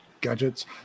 gadgets